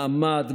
מעמד,